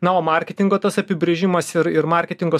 na o marketingo tas apibrėžimas ir ir marketingo